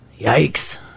Yikes